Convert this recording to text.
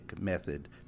method